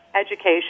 education